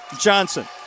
Johnson